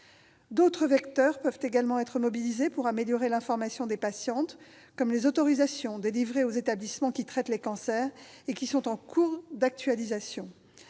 D'autres vecteurs peuvent également être mobilisés pour améliorer l'information des patientes, comme les autorisations délivrées aux établissements qui traitent les cancers et qui sont en cours d'actualisation.